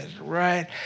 right